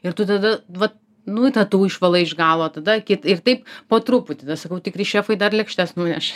ir tu tada vat nu tą tų išvalai iš galo tada kit ir taip po truputį tada sakau tikri šefai dar lėkštes nuneša